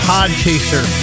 Podchaser